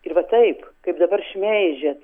ir va taip kaip dabar šmeižiat